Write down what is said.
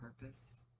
purpose